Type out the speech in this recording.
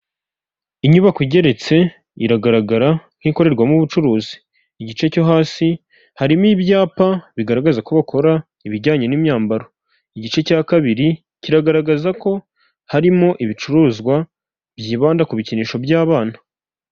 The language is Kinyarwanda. Inyubako igeretse iragaragara nk'ikorerwamo ubucuruzi, igice cyo hasi harimo ibyapa bigaragaza ko bakora ibijyanye n'imyambaro, igice cya kabiri kiragaragaza ko harimo ibicuruzwa byibanda ku bikinisho by'abana.